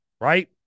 right